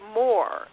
more